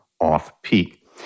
off-peak